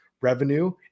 revenue